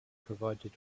provided